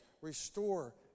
restore